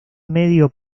medio